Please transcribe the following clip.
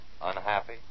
Unhappy